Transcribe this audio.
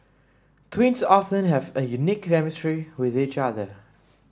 twins often have a unique chemistry with each other